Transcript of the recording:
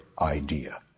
idea